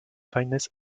finest